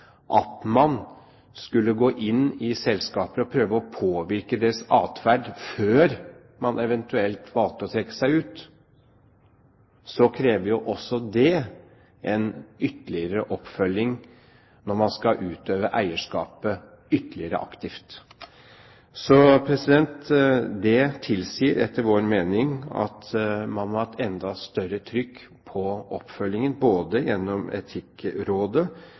at man skulle gå inn i selskaper og prøve å påvirke deres atferd før man eventuelt valgte å trekke seg ut, krever det en ytterligere oppfølging, når man skal utøve eierskapet ytterligere aktivt. Det tilsier etter vår mening at man må ha et enda større trykk på oppfølgingen, både gjennom Etikkrådet